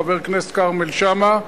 חבר הכנסת כרמל שאמה,